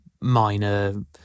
minor